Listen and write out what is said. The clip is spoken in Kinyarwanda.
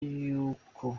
y’uko